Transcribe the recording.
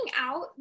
out